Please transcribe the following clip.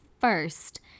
first